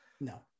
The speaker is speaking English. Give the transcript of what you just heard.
No